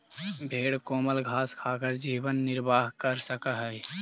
भेंड कोमल घास खाकर जीवन निर्वाह कर सकअ हई